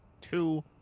Two